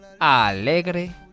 alegre